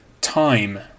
Time